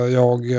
jag